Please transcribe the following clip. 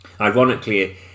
Ironically